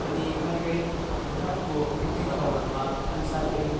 अनि काहीँ काहीँ भुटानको एक दुई ठाउँहरूमा अनि साथै